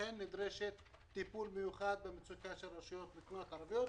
לכן נדרש טיפול מיוחד במצוקה של הרשויות המקומיות הערביות,